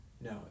no